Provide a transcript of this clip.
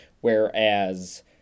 Whereas